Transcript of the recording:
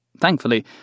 Thankfully